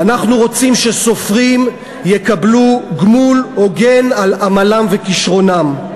אנחנו רוצים שסופרים יקבלו גמול הוגן על עמלם וכישרונם,